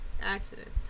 Accidents